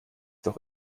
doch